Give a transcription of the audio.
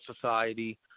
society